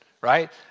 right